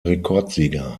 rekordsieger